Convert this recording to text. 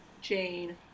Jane